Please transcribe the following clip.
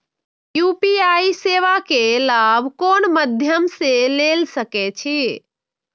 UPI सेवा के लाभ कोन मध्यम से ले सके छी?